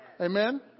Amen